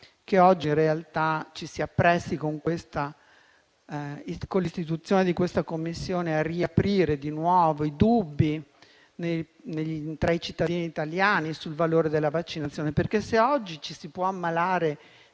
che oggi in realtà ci si appresti, con l'istituzione di questa Commissione, a riaprire di nuovo i dubbi tra i cittadini italiani sul valore della vaccinazione. Se oggi ci si può ammalare